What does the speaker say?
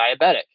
diabetic